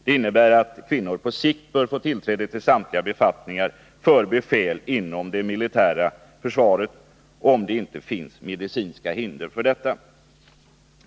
Det innebär att kvinnor på sikt bör få tillträde till samtliga befattningar för befäl inom det militära försvaret, Nr 30 om det inte finns medicinska hinder för detta.